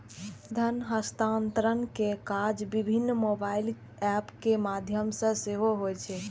धन हस्तांतरण के काज विभिन्न मोबाइल एप के माध्यम सं सेहो होइ छै